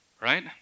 Right